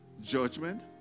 judgment